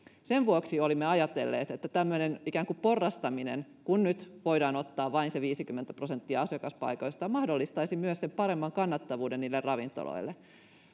sen vuoksi olimme ajatelleet että tämmöinen ikään kuin porrastaminen kun nyt voidaan ottaa käyttöön vain se viisikymmentä prosenttia asiakaspaikoista mahdollistaisi myös sen paremman kannattavuuden niille ravintoloille